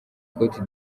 cote